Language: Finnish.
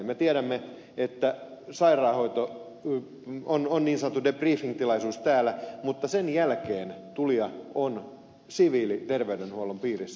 me tiedämme että on niin sanottu debriefing tilaisuus täällä mutta sen jälkeen tulija on siviiliterveydenhuollon piirissä